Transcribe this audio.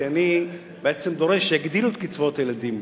כי אני בעצם דורש שיגדילו את קצבות הילדים,